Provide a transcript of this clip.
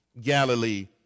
Galilee